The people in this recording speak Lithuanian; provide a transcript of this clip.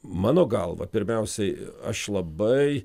mano galva pirmiausiai aš labai